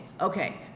Okay